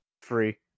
Free